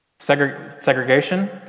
Segregation